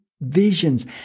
visions